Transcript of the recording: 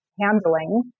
handling